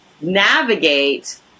navigate